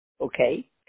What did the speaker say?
Okay